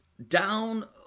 Down